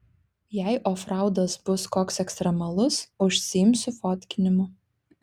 jei ofraudas bus koks ekstremalus užsiimsiu fotkinimu